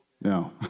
No